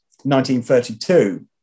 1932